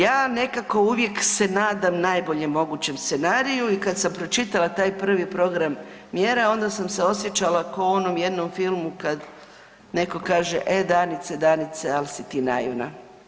Ja vam nekako uvijek se nadam najboljem mogućem scenariju i kad sam pročitala taj prvi program mjera onda sam se osjećala ko u onom jednom filmu kad netko kaže „e Danice, Danice, al si ti naivna“